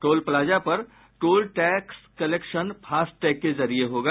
toll plaza पर toll tax collection FASTag के जरिये होगा